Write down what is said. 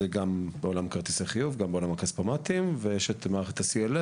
גם בעולם כרטיסי החיוב והכספומטים; ואת מערכת ה-CLS,